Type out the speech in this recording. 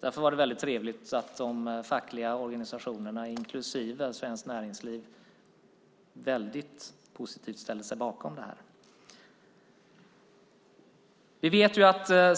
Därför var det trevligt att både de fackliga organisationerna och Svenskt Näringsliv ställde sig bakom detta på ett positivt sätt.